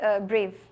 brave